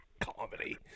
Comedy